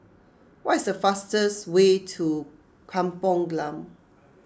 what is the fastest way to Kampung Glam